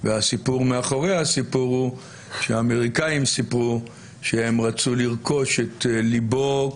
והסיפור מאחורי הסיפור הוא שהאמריקאים סיפרו שהם רצו לרכוש את ליבו,